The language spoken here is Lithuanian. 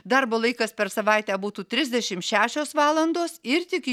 darbo laikas per savaitę būtų trisdešimt šešios valandos ir tik